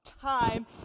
time